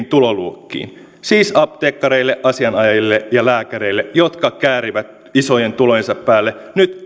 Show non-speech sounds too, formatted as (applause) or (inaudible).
(unintelligible) tuloluokkiin siis apteekkareille asianajajille ja lääkäreille jotka käärivät isojen tulojensa päälle nyt